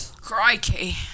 Crikey